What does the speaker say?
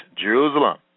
Jerusalem